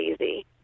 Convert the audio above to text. easy